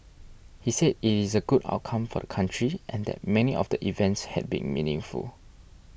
he said it is a good outcome for the country and that many of the events had been meaningful